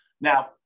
Now